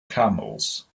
camels